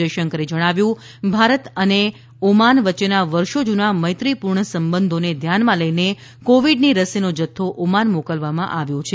જયશંકરે જણાવ્યું છે કે ભારત અને ઓમાન વચ્ચેના વર્ષો જૂના મૈત્રીપૂર્ણ સંબંધોને ધ્યાનમાં લઈને કોવિડની રસીનો જથ્થો ઓમાન મોકલવામાં આવ્યો છે